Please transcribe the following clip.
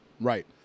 Right